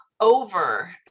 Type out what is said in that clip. Over